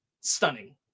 Stunning